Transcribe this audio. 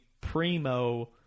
primo